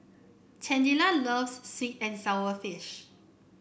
Candida loves sweet and sour fish